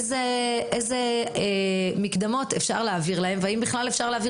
איזה מקדמות אפשר להעביר להם והאם בכלל אפשר להעביר